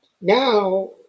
now